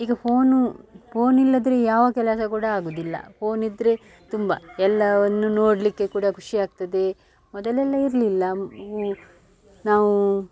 ಈಗ ಫೋನು ಫೋನಿಲ್ಲದ್ರೆ ಯಾವ ಕೆಲಸ ಕೂಡ ಆಗುವುದಿಲ್ಲ ಫೋನಿದ್ದರೆ ತುಂಬ ಎಲ್ಲವನ್ನು ನೋಡಲಿಕ್ಕೆ ಕೂಡ ಖುಷಿ ಆಗ್ತದೆ ಮೊದಲೆಲ್ಲ ಇರಲಿಲ್ಲ ಮ ನಾವು